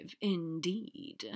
indeed